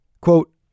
Quote